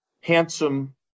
handsome